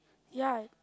ya